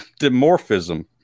dimorphism